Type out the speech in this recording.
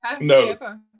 No